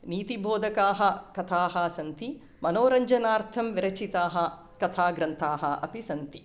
नीतिबोधकाः कथाः सन्ति मनोरञ्जनार्थं विरचिताः कथाग्रन्थाः अपि सन्ति